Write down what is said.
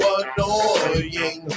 annoying